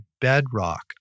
bedrock